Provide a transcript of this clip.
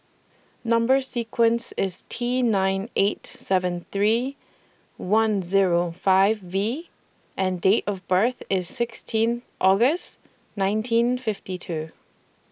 Number sequence IS T nine eight seven three one Zero five V and Date of birth IS sixteen August nineteen fifty two